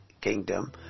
Kingdom